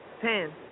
Ten